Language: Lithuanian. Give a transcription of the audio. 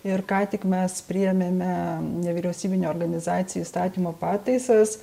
ir ką tik mes priėmėme nevyriausybinių organizacijų įstatymo pataisas